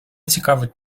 цікавить